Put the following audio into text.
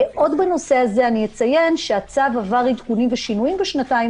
עוד בנושא הזה אני אציין שהצו עבר עדכונים ושינויים בשנתיים